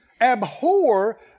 Abhor